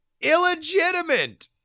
illegitimate